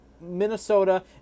Minnesota